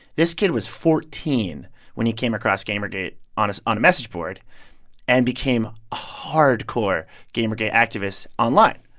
this kid was fourteen when he came across gamergate on on a message board and became a hardcore gamergate activist online.